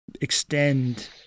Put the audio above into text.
extend